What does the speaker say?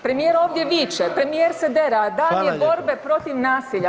Premijer ovdje viče, premijer se dere, a dan je borbe protiv nasilja.